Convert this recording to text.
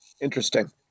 Interesting